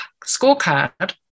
scorecard